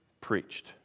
preached